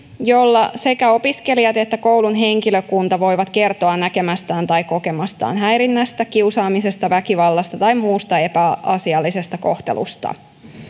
jolla sekä opiskelijat että koulun henkilökunta voivat kertoa näkemästään tai kokemastaan häirinnästä kiusaamisesta väkivallasta tai muusta epäasiallisesta kohtelusta